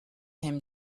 him